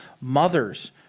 mothers